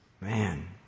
Man